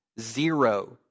Zero